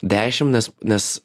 dešimt nes nes